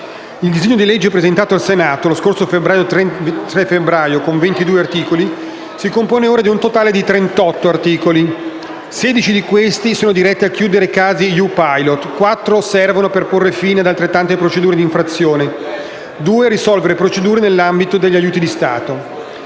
Il disegno di legge, presentato al Senato lo scorso 3 febbraio con 22 articoli, si compone ora di un totale di 38 articoli. Di questi, 16 sono diretti a chiudere casi EU Pilot, 4 servono per porre fine ad altrettante procedure di infrazione e 2 a risolvere procedure nell'ambito degli aiuti di Stato.